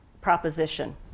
proposition